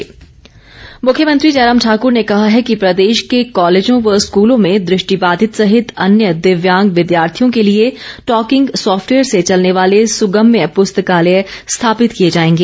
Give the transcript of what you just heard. मुख्यमंत्री मुख्यमंत्री जयराम ठाकुर ने कहा है कि प्रदेश के कॉलेजों व स्कूलों में दृष्टिबाधित सहित अन्य दिव्यांग विद्यार्थियों के लिए टॉकिंग सॉफ्टवेयर से चलने वाले सुगम्य पुस्तकालय स्थापित किए जाएंगे